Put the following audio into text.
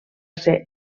ser